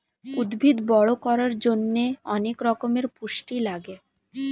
উদ্ভিদ বড় করার জন্যে অনেক রকমের পুষ্টি লাগে